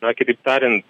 na kitaip tarian